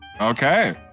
Okay